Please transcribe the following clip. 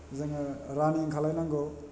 जोङो रानिं खालायनांगौ